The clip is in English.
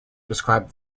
described